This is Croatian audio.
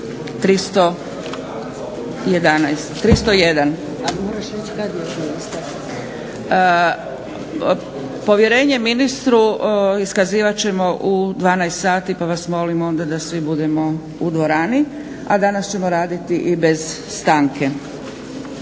Povjerenje ministru iskazivat ćemo u 12 sati pa Vas molim onda da svi budemo u dvorani. A danas ćemo raditi i bez stanke.